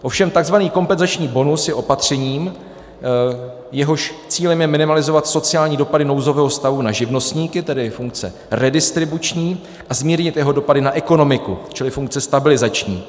Ovšem tzv. kompenzační bonus je opatřením, jehož cílem je minimalizovat sociální dopady nouzového stavu na živnostníky, tedy funkce redistribuční, a zmírnit jeho dopady na ekonomiku, čili funkce stabilizační.